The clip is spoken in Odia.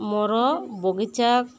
ମୋର ବଗିଚା